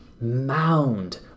mound